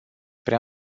prea